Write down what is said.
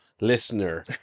listener